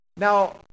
Now